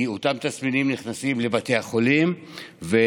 כי נכנסים לבתי החולים עם אותם תסמינים,